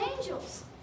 angels